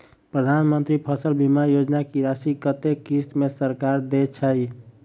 प्रधानमंत्री फसल बीमा योजना की राशि कत्ते किस्त मे सरकार देय छै?